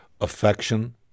Affection